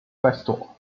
festival